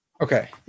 Okay